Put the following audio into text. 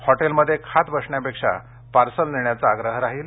हॉटेलमध्ये खात बसण्यापेक्षा पार्सल नेण्याचा आग्रह राहील